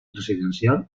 residencial